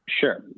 Sure